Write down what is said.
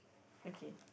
okay